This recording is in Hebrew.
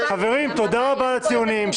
חברים, תודה רבה על הציונים.